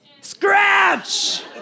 scratch